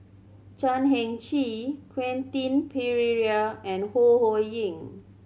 Chan Heng Chee Quentin Pereira and Ho Ho Ying